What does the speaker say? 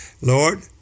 Lord